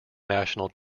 national